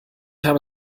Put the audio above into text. habe